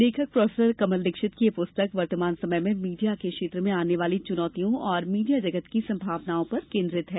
लेखक प्रोफेसर कमल दीक्षित ने यह पुस्तक वर्तमान समय में मीडिया के क्षेत्र में आने वाली चुनौतियों और मीडिया जगत की संभावनाओं पर केन्द्रित है